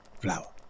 flour